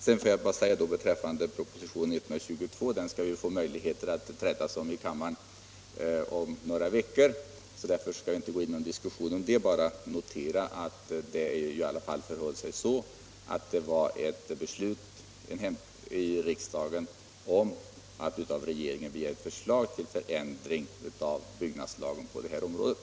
Propositionen 122 får vi möjlighet att diskutera i kammaren om några veckor. Därför skall jag inte gå in på någon debatt om den nu utan bara notera att det förhöll sig så att riksdagen fattade beslut om att av regeringen begära förslag till förändring av byggnadslagen på det här området.